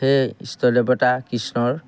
সেই ইষ্ট দেৱতা কৃষ্ণৰ